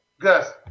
Gus